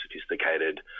sophisticated